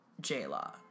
J-Law